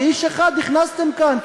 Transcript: כאיש אחד נכנסתם לכאן,